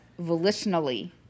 volitionally